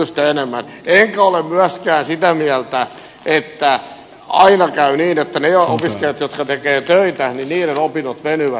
en ole myöskään sitä mieltä että aina käy niin että niiden opiskelijoiden jotka tekevät töitä opinnot venyvät